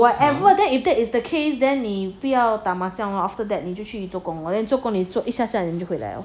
whatever that is that is the case then 你不要打麻将 lor after that 你就去做工 than 做工了你做一下下你就回来了